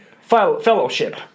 fellowship